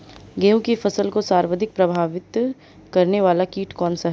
गेहूँ की फसल को सर्वाधिक प्रभावित करने वाला कीट कौनसा है?